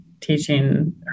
teaching